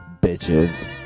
Bitches